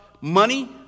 money